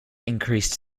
increased